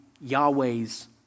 Yahweh's